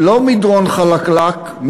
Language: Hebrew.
לא מדרון חלקלק,